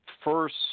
First